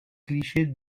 clichés